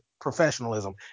professionalism